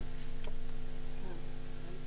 בבקשה.